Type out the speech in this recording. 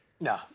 No